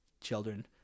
children